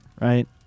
right